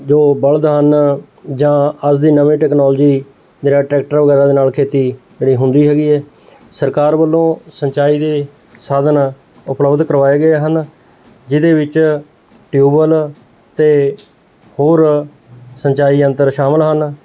ਜੋ ਬਲ਼ਦ ਹਨ ਜਾਂ ਅੱਜ ਦੀ ਨਵੀ ਟੈਕਨੋਲਜੀ ਜਿਹੜਾ ਟਰੈਕਟਰ ਵਗੈਰਾ ਦੇ ਨਾਲ ਖੇਤੀ ਜਿਹੜੀ ਹੁੰਦੀ ਹੈਗੀ ਹੈ ਸਰਕਾਰ ਵੱਲੋਂ ਸਿੰਚਾਈ ਦੇ ਸਾਧਨ ਉਪਲਬਧ ਕਰਵਾਏ ਗਏ ਹਨ ਜਿਹਦੇ ਵਿੱਚ ਟਿਊਬਵੈੱਲ ਅਤੇ ਹੋਰ ਸਿੰਚਾਈ ਅੰਤਰ ਸ਼ਾਮਿਲ ਹਨ